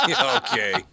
Okay